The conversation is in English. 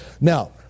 Now